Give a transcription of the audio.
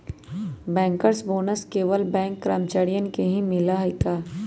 Bankers bonus केवल bank कर्मचारियन के ही मिला हई का?